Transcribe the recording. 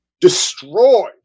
Destroyed